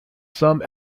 some